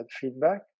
feedback